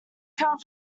comes